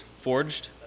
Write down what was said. Forged